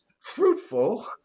fruitful